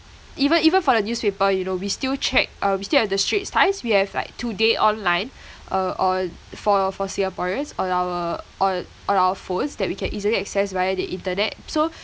even even for the newspaper you know we still check um we still have the straits times we have like today online uh or for for singaporeans on our on on our phones that we can easily access via the internet so